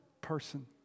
person